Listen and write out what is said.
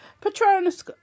Patronus